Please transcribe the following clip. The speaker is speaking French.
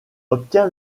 obtient